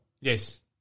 Yes